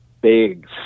big